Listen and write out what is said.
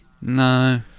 no